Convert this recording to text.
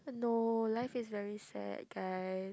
no life is very sad guys